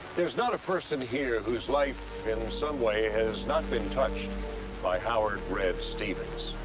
there's not a person here whose life, in some way, has not been touched by howard red stevens.